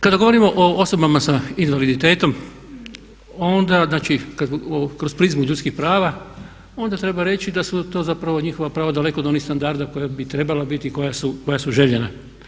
Kada govorimo o osobama sa invaliditetom onda, znači kad kroz prizmu ljudskih prava, onda treba reći da su to zapravo njihova prava daleko od onih standarda koja bi trebala biti i koja su željena.